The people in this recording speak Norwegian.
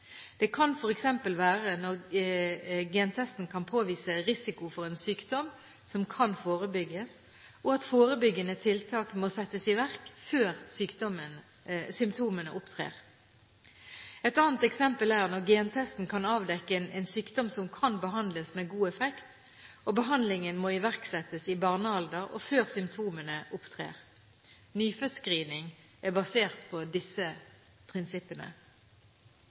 Det kan f.eks. være når gentesten kan påvise risiko for en sykdom som kan forebygges, og at forebyggende tiltak må settes i verk før symptomene opptrer. Et annet eksempel er når gentesten kan avdekke en sykdom som kan behandles med god effekt, og behandlingen må iverksettes i barnealder og før symptomene opptrer. Nyfødtscreening er basert på disse prinsippene.